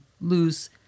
lose